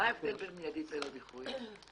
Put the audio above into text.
מידי ל-ללא דיחוי?